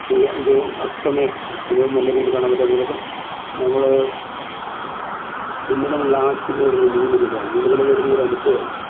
സൂര്യ ഉദയം അസ്തമയം അസ്തമയം നല്ല രീതിയിൽ കാണാൻ പറ്റും അതുപോലെ അത് നമ്മള് പിന്നെ നമ്മള് ലാസ്റ്റ് കേറുന്നത് നീലിമലയാണ് നീലിമല കേറുന്നത് ഒരു അനുഭവാണ്